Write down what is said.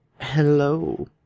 hello